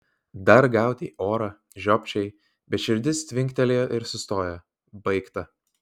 dar gaudei orą žiopčiojai bet širdis tvinktelėjo ir sustojo baigta